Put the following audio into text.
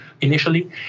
initially